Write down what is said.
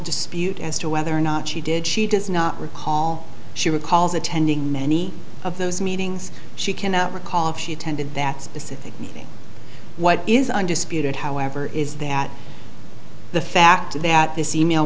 dispute as to whether or not she did she does not recall she recalls attending many of those meetings she cannot recall if she attended that specific meeting what is undisputed however is that the fact that this e mail